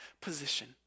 position